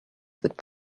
with